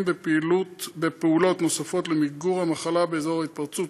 פעולות נוספות למיגור המחלה באזור ההתפרצות,